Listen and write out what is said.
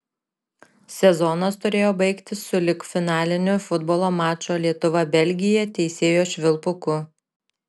sezonas turėjo baigtis sulig finaliniu futbolo mačo lietuva belgija teisėjo švilpuku